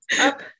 Up